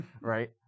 Right